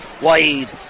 wide